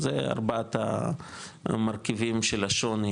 זה ארבעת המרכיבים של השוני